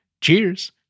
Cheers